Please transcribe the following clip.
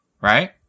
Right